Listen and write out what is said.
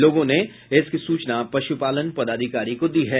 लोगों ने इसकी सूचना पशुपालन पदाधिकारी को दी है